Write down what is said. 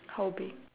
how big